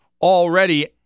already